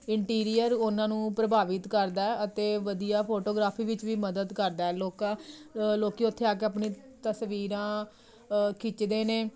interior ਉਹਨਾਂ ਨੂੰ ਪ੍ਰਭਾਵਿਤ ਕਰਦਾ ਅਤੇ ਵਧੀਆ ਫੋਟੋਗ੍ਰਾਫੀ ਵਿੱਚ ਵੀ ਮਦਦ ਕਰਦਾ ਲੋਕਾਂ ਲੋਕ ਉੱਥੇ ਆ ਕੇ ਆਪਣੀ ਤਸਵੀਰਾਂ ਖਿੱਚਦੇ ਨੇ